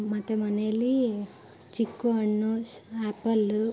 ಮತ್ತು ಮನೆಯಲ್ಲಿ ಚಿಕ್ಕು ಹಣ್ಣು ಆ್ಯಪಲ್ಲು